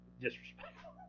disrespectful